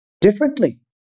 differently